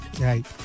Right